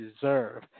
deserve